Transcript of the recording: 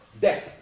death